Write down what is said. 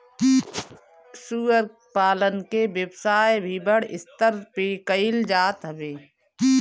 सूअर पालन के व्यवसाय भी बड़ स्तर पे कईल जात हवे